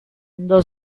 andò